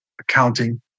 accounting